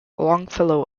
longfellow